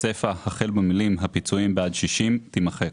הסיפה החל במילים "הפיצויים בעד שישים" תימחק,